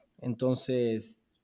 Entonces